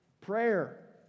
Prayer